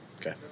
Okay